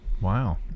Wow